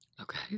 Okay